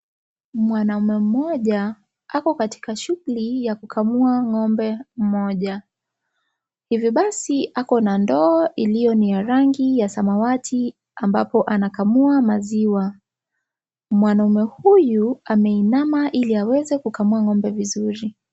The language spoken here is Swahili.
Mwanamme mmoja ako katika shughuli ya kukamua ng'ombe mmoja. Hivi basi ako na ndoo iliyo ni ya rangi ya samawati ambapo anakamua maziwa. Mwanaume huyu ameinama ili aweze kukamua ng'ombe vizuri.